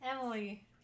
Emily